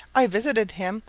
i visited him,